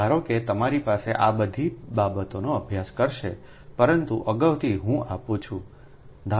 ધારો કે તમારી પાસે આ બધી બાબતોનો અભ્યાસ કરશે પરંતુ અગાઉથી હું આપું છું